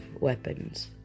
weapons